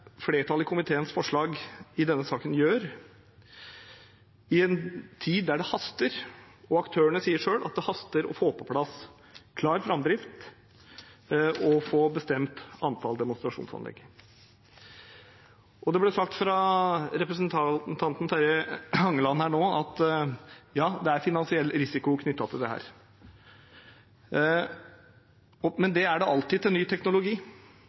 flertallet i komiteen i denne saken gjør, i en tid hvor det haster, og hvor aktørene selv sier at det haster med å få på plass en klar framdrift og å få bestemt antallet demonstrasjonsanlegg. Det ble nettopp sagt fra representanten Terje Halleland at det er finansiell risiko knyttet til dette, men det er det alltid med ny teknologi.